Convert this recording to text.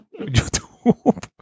YouTube